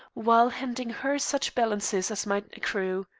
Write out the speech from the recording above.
while handing her such balances as might accrue.